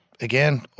again